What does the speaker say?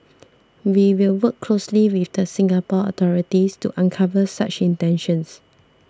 we will work closely with the Singapore authorities to uncover such intentions